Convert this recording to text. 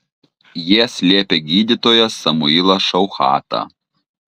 jie slėpė gydytoją samuilą šauchatą